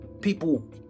people